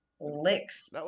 licks